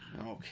Okay